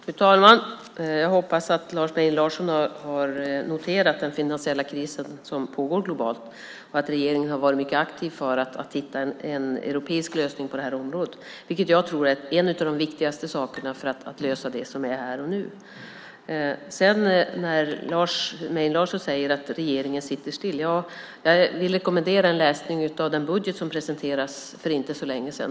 Fru talman! Jag hoppas att Lars Mejern Larsson har noterat den finansiella kris som pågår globalt och att regeringen har varit mycket aktiv för att hitta en europeisk lösning på detta område, vilket jag tror är en av de viktigaste sakerna för att lösa det som är här och nu. Lars Mejern Larsson säger att regeringen sitter still. Jag vill rekommendera en läsning av den budget som presenterades för inte så länge sedan.